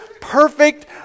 perfect